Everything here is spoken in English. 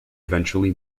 eventually